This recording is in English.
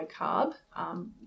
low-carb